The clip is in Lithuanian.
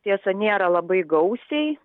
tiesa nėra labai gausiai